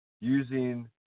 using